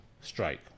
strike